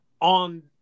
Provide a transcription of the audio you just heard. on